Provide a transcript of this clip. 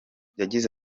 yagize